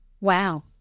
Wow